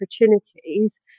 opportunities